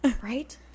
right